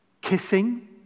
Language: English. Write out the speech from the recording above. kissing